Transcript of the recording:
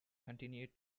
continued